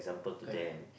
correct